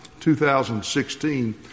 2016